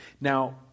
Now